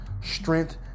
Strength